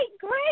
great